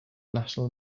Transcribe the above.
national